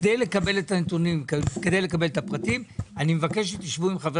כדי לקבל את הפרטים אני מבקש שתשבו עם חבר